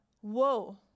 whoa